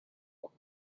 off